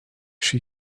she